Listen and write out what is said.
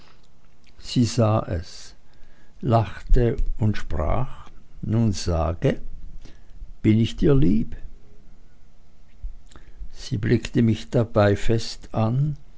es lachte und sprach nun sage bin ich dir lieb sie blickte mich dabei fest an